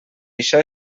això